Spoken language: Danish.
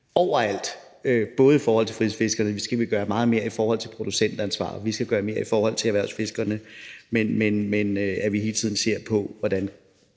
Overalt, også i forhold til fritidsfiskere, skal vi gøre meget mere i forhold til producentansvar, og vi skal gøre mere i forhold til erhvervsfiskerne. Vi skal hele tiden se på, hvordan